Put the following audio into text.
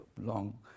long